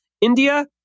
India